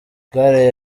gare